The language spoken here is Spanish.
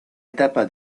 etapa